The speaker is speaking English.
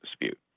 dispute